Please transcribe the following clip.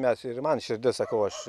mes ir man širdis sakau aš